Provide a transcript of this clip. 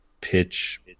pitch